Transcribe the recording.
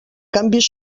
canvis